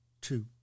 two